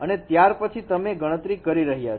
અને ત્યાર પછી તમે ગણતરી કરી રહ્યા છો